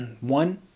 One